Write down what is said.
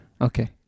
Okay